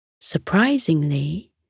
Surprisingly